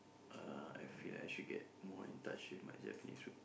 uh I feel I should get more in touch with my Japanese root